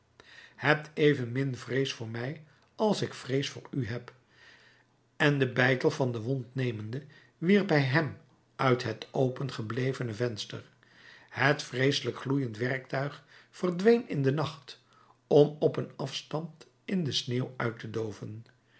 hebt evenmin vrees voor mij als ik vrees voor u heb en den beitel van de wond nemende wierp hij hem uit het open geblevene venster het vreeselijk gloeiend werktuig verdween in den nacht om op een afstand in de sneeuw uit te dooven